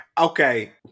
Okay